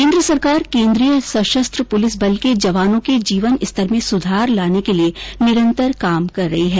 केन्द्र सरकार केंद्रीय सशस्त्र पुलिस बल के जवानों के जीवन स्तर में सुधार लाने के लिए निरंतर काम कर रही है